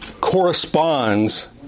corresponds